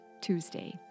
Tuesday